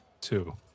Two